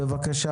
מלכיאלי, בבקשה,